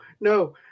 no